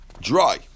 dry